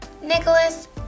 Nicholas